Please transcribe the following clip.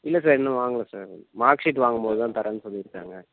இல்லை சார் இன்னும் வாங்கலை சார் மார்க்ஷீட் வாங்கும்போதுதான் தர்றேன்னு சொல்லியிருக்காங்க